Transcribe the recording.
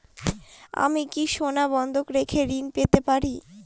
আমি কি সোনা বন্ধক রেখে ঋণ পেতে পারি?